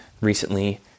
recently